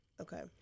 Okay